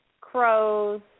crows